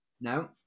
No